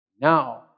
Now